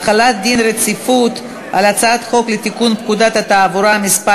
החלת דין רציפות על הצעת חוק לתיקון פקודת התעבורה (מס'